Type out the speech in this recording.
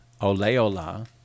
Oleola